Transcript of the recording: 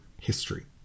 history